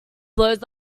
blows